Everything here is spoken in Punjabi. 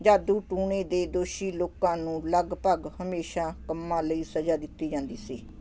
ਜਾਦੂ ਟੂਣੇ ਦੇ ਦੋਸ਼ੀ ਲੋਕਾਂ ਨੂੰ ਲਗਭਗ ਹਮੇਸ਼ਾ ਕੰਮਾਂ ਲਈ ਸਜ਼ਾ ਦਿੱਤੀ ਜਾਂਦੀ ਸੀ